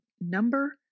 number